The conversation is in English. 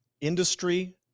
industry